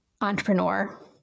entrepreneur